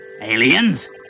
Aliens